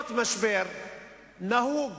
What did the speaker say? ואף פעם לא שמעתי כל כך הרבה דיונים בשעות הבוקר המוקדמות,